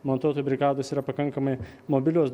montuotojų brigados yra pakankamai mobilios